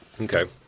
Okay